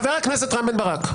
חבר הכנסת רם בן ברק,